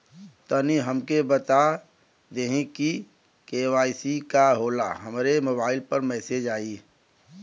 तनि हमके इ बता दीं की के.वाइ.सी का होला हमरे मोबाइल पर मैसेज आई?